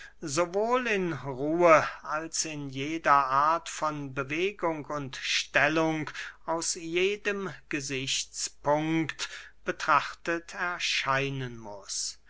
sowohl in ruhe als in jeder art von bewegung und stellung aus jedem gesichtspunkt betrachtet erscheinen muß